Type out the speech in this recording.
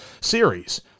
series